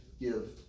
give